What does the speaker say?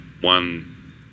one